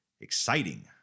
exciting